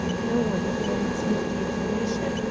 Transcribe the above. no one had volunteered the information,